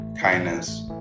Kindness